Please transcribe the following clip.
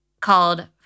called